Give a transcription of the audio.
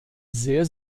sehr